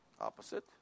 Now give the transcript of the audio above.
Opposite